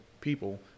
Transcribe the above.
people